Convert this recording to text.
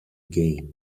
game